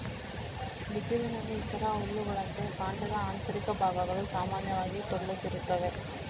ಬಿದಿರಿನಲ್ಲಿ ಇತರ ಹುಲ್ಲುಗಳಂತೆ, ಕಾಂಡದ ಆಂತರಿಕ ಭಾಗಗಳು ಸಾಮಾನ್ಯವಾಗಿ ಟೊಳ್ಳಾಗಿರುತ್ತವೆ